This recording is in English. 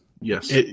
Yes